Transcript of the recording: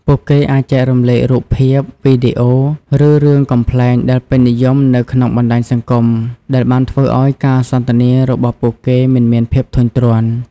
ពួកគេអាចចែករំលែករូបភាព វីដេអូ ឬរឿងកំប្លែងដែលពេញនិយមនៅក្នុងបណ្ដាញសង្គមដែលបានធ្វើឲ្យការសន្ទនារបស់ពួកគេមិនមានភាពធុញទ្រាន់។